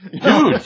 Dude